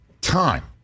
time